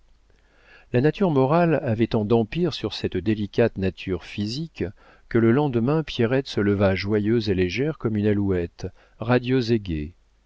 la nature morale avait tant d'empire sur cette délicate nature physique que le lendemain pierrette se leva joyeuse et légère comme une alouette radieuse et gaie